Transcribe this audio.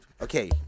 Okay